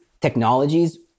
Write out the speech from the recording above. technologies